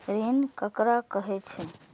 ऋण ककरा कहे छै?